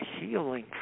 healing